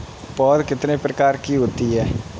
पौध कितने प्रकार की होती हैं?